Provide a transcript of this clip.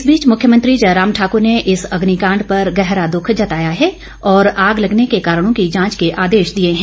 इस बीच मुख्यमंत्री जयराम ठाक्र ने इस अग्निकांड पर गहरा दूख जताया है और आग लगने के कारणों की जांच के आदेश दिए है